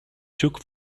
took